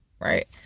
right